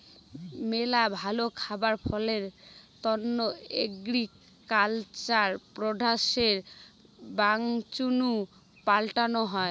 মেলা ভালো খাবার ফলনের তন্ন এগ্রিকালচার প্রোডাক্টসের বংশাণু পাল্টানো হই